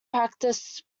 practice